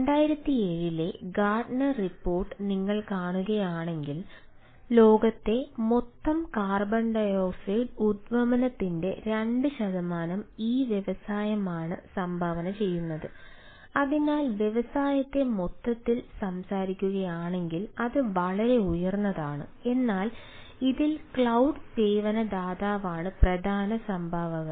2007 ലെ Gartner report നിങ്ങൾ കാണുകയാണെങ്കിൽ ലോകത്തെ മൊത്തം കാർബൺ ഡൈ ഓക്സൈഡ് സേവന ദാതാവാണ് പ്രധാന സംഭാവകർ